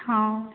ହଁ